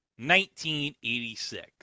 1986